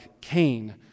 Cain